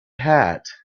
hat